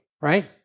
right